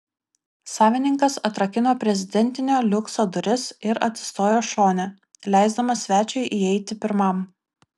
savininkas atrakino prezidentinio liukso duris ir atsistojo šone leisdamas svečiui įeiti pirmam